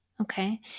Okay